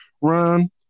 run